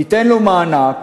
ניתן להם מענק,